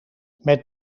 met